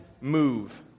move